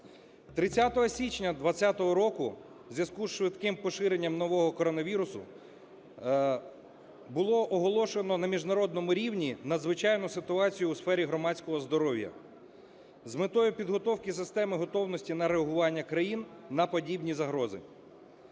30 січня 20-го року у зв'язку зі швидким поширенням нового коронавірусу, було оголошено на міжнародному рівні надзвичайну ситуацію у сфері громадського здоров'я з метою підготовки системи готовності на реагування країн на подібні загрози.